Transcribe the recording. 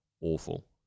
awful